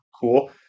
cool